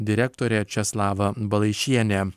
direktorė česlava balaišienė